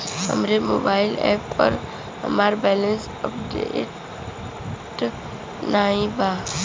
हमरे mobile app पर हमार बैलैंस अपडेट नाई बा